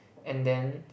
and then